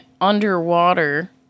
underwater